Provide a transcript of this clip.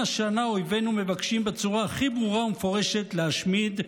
שנה אויבינו מבקשים בצורה הכי ברורה ומפורשת להשמיד,